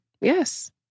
Yes